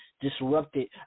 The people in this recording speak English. disrupted